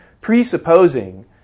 presupposing